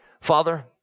Father